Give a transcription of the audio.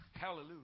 hallelujah